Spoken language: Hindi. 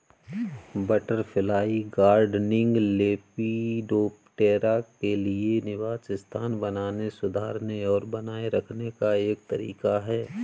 बटरफ्लाई गार्डनिंग, लेपिडोप्टेरा के लिए निवास स्थान बनाने, सुधारने और बनाए रखने का एक तरीका है